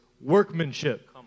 workmanship